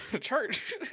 church